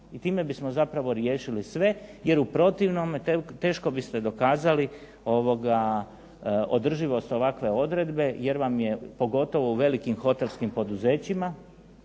I time bismo zapravo riješili sve, jer u protivnome teško biste dokazali održivost ovakve odredbe jer vam je pogotovo u velikim hotelskim poduzećima,